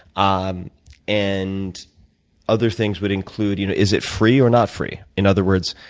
ah um and other things would include, you know is it free or not free? in other words,